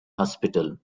hospital